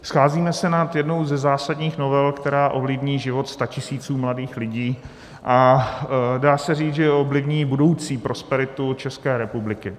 Scházíme se nad jednou ze zásadních novel, která ovlivní život statisíců mladých lidí, a dá se říct, že ovlivní budoucí prosperitu České republiky.